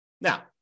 Now